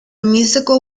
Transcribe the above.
musical